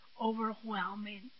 overwhelming